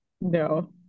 no